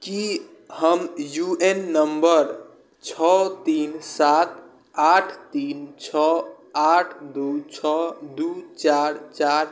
की हम U N number छओ तीन सात आठ तीन छओ आठ दू छओ दू चारि चारि